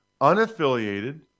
unaffiliated